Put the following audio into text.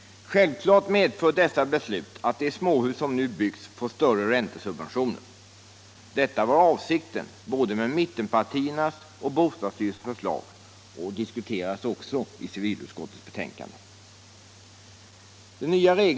Självfallet medför dessa beslut att de småhus som nu byggs får större räntesubventioner. Detta var avsikten både med mittenpartiernas och med bostadsstyrelsens förslag och diskuterades också i civilutskottets betänkande.